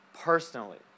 personally